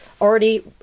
already